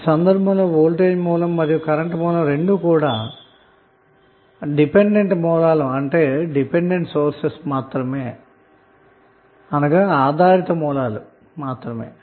ఈ సందర్భంలో వోల్టేజ్ అన్నది ఆధారిత సోర్స్ అయినందువలన కరెంటు కూడా ఆధారితమైనదే అవుతుంది